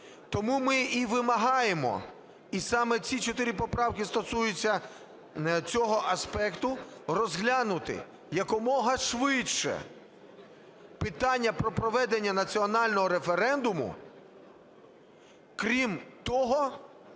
Тому ми і вимагаємо, і саме ці 4 поправки стосуються цього аспекту, розглянути якомога швидше питання про проведення національного референдуму. Крім того,